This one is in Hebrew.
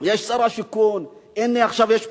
יש שר השיכון, הנה עכשיו יש פתרונות.